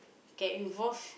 get involved